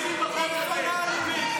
הם לא יכולים להצביע,